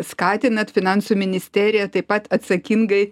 skatinat finansų ministeriją taip pat atsakingai